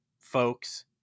folks